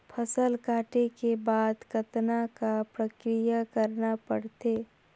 फसल काटे के बाद कतना क प्रक्रिया करना पड़थे?